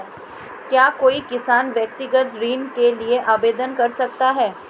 क्या कोई किसान व्यक्तिगत ऋण के लिए आवेदन कर सकता है?